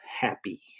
happy